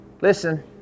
Listen